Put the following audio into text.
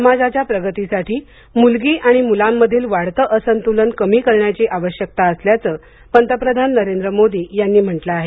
समाजाच्या प्रगतीसाठी मुलगी आणि मुलांमधील वाढते असंतुलन कमी करण्याची आवश्यकता असल्याचं पंतप्रधान नरेंद्र मोदी यांनी म्हंटलं आहे